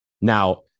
Now